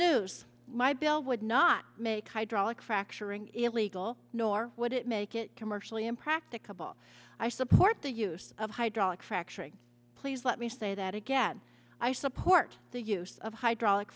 news my bill would not make hydraulic fracturing illegal nor would it make it commercially impracticable i support the use of hydraulic fracturing please let me say that again i support the use of hydraulic